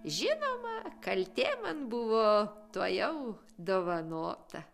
žinoma kaltė man buvo tuojau dovanota